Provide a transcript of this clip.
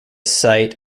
site